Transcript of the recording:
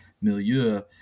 milieu